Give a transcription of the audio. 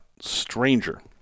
stranger